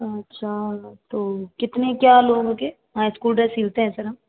अच्छा तो कितने क्या लोगों के हाँ स्कूल ड्रेस सिलते हैं सर हम